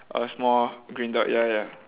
a small green dot ya ya